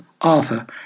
Arthur